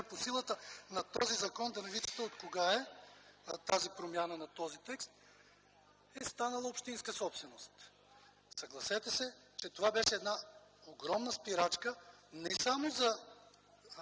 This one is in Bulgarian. по силата на този закон, да не Ви чета откога е промяната на този текст, е станала общинска собственост. Съгласете се, че това беше една огромна спирачка не само за